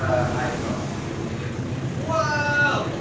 ah iphone. give it to me. give it to me. whoa!